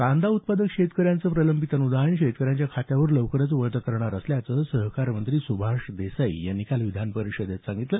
कांदा उत्पादक शेतकऱ्यांचं प्रलंबित अनुदान शेतकऱ्याच्या खात्यावर लवकरच वळते करणार असल्याचं सहकारमंत्री सुभाष देसाई यांनी काल विधान परिषदेत सांगितलं